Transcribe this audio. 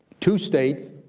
two states,